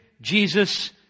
Jesus